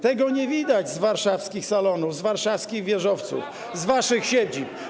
Tego nie widać z warszawskich salonów, z warszawskich wieżowców, z waszych siedzib.